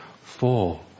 four